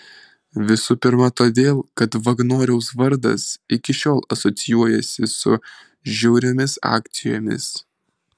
visų pirma todėl kad vagnoriaus vardas iki šiol asocijuojasi su žiauriomis akcijomis